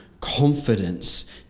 confidence